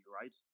right